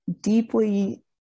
deeply